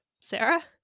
sarah